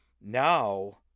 Now